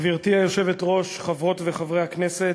גברתי היושבת-ראש, חברות וחברי הכנסת,